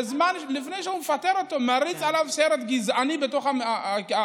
ולפני שהוא מפטר אותו הוא מריץ עליו סרט גזעני בתוך המחלקה.